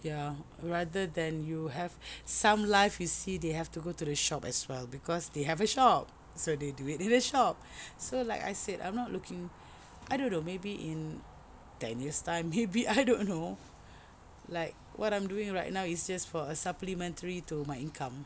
ya rather than you have some live you see they have to go to the shop as well cause they have a shop so they do it in a shop so like I said I'm not looking I don't know maybe in ten years time maybe I don't know like what I'm doing right now is just for a supplementary to my income